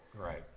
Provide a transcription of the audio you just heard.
right